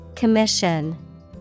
Commission